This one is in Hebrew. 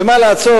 ומה לעשות?